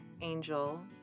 angel